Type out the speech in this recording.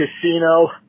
Casino